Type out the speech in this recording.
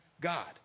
God